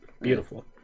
beautiful